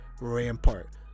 Rampart